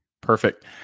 Perfect